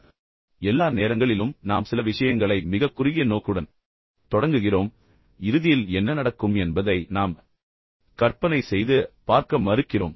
எனவே எல்லா நேரங்களிலும் நாம் சில விஷயங்களை மிகக் குறுகிய நோக்குடன் தொடங்குகிறோம் இறுதியில் என்ன நடக்கும் என்பதை நாம் கற்பனை செய்து பார்க்க மறுக்கிறோம்